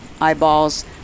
eyeballs